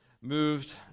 moved